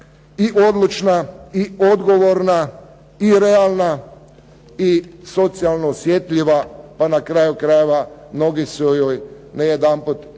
i odlučna i odgovorna i realna i socijalno osjetljiva, pa na kraju krajeva, mnogi su joj ne jedanput zbog